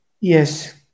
Yes